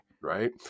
right